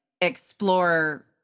explore